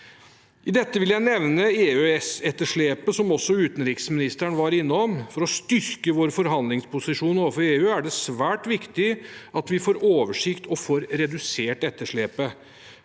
I dette vil jeg nevne EØS-etterslepet, som også utenriksministeren var innom. For å styrke vår forhandlingsposisjon overfor EU er det svært viktig at vi får oversikt og får redusert etterslepet.